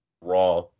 Raw